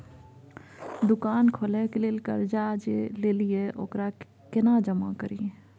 दुकान खोले के लेल कर्जा जे ललिए ओकरा केना जमा करिए?